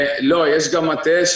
לא, יש גם מטה.